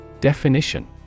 Definition